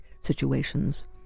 situations